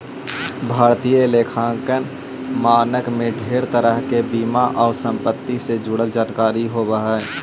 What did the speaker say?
भारतीय लेखांकन मानक में ढेर तरह के बीमा आउ संपत्ति से जुड़ल जानकारी होब हई